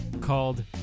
called